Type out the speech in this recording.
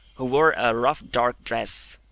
who wore a rough dark dress,